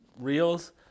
Reels